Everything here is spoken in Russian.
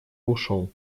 ушел